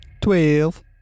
Twelve